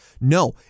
No